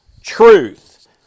truth